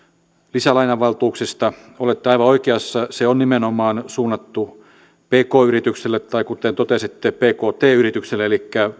lisälainavaltuuksista olette aivan oikeassa se on nimenomaan suunnattu pk yrityksille tai kuten totesitte pkt yrityksille elikkä